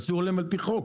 אסור להם על פי חוק.